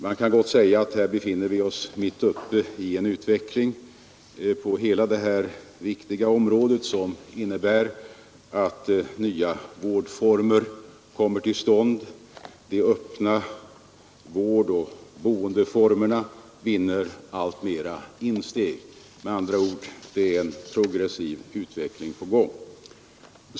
Man kan gott säga att vi befinner oss mitt uppe i en utveckling på hela detta viktiga område som innebär att nya vårdformer kommer till stånd. De öppna vårdoch boendeformerna vinner alltmer insteg. Med andra ord: Det är en progressiv utveckling på gång.